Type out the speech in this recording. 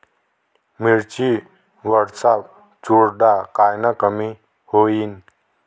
मिरची वरचा चुरडा कायनं कमी होईन?